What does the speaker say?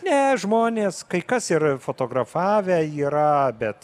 ne žmonės kai kas ir fotografavę yra bet